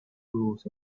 rules